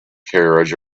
carriage